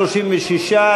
36,